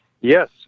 Yes